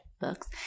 books